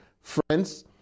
Friends